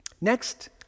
next